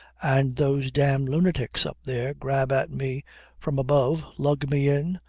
and those damned lunatics up there grab at me from above, lug me in,